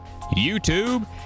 YouTube